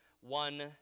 one